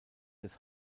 des